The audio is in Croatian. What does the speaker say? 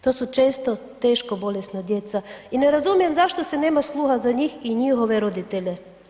To su često teško bolesna djeca i ne razumijem zašto se nema sluha za njih i njihove roditelje.